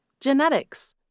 Genetics